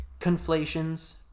conflations